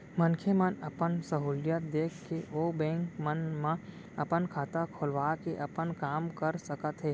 मनखे मन अपन सहूलियत देख के ओ बेंक मन म अपन खाता खोलवा के अपन काम कर सकत हें